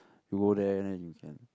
you go there and then you can